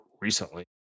recently